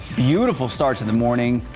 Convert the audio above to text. beautiful start to the morning.